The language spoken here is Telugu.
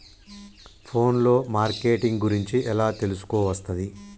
ఫోన్ లో మార్కెటింగ్ గురించి ఎలా తెలుసుకోవస్తది?